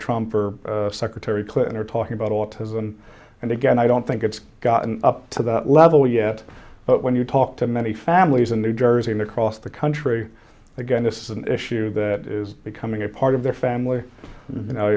trump or secretary clinton are talking about autism and again i don't think it's gotten up to that level yet but when you talk to many families in new jersey and across the country again this is an issue that is becoming a part of their family